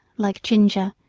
like ginger,